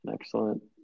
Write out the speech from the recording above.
excellent